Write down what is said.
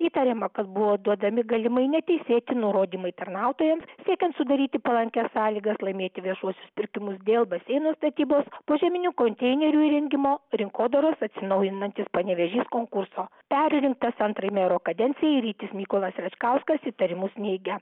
įtariama kad buvo duodami galimai neteisėti nurodymai tarnautojams siekiant sudaryti palankias sąlygas laimėti viešuosius pirkimus dėl baseino statybos požeminių konteinerių įrengimo rinkodaros atsinaujinantis panevėžys konkurso perrinktas antrai mero kadencijai rytis mykolas račkauskas įtarimus neigia